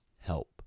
help